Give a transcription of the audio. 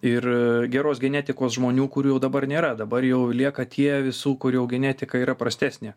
ir geros genetikos žmonių kurių jau dabar nėra dabar jau lieka tie visų kurių jau genetika yra prastesnė